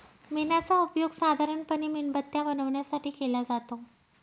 मेणाचा उपयोग साधारणपणे मेणबत्त्या बनवण्यासाठी केला जातो